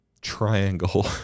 triangle